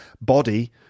body